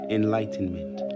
enlightenment